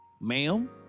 ma'am